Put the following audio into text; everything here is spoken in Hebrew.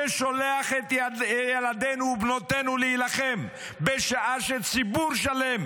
ששולח את ילדינו ובנותינו להילחם בשעה שציבור שלם,